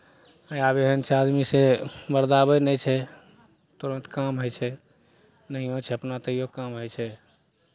आब एहन छै आदमी से बरदाबय नहि छै तुरन्त काम होइ छै नहिओ छै अपना तैओ काम होइ छै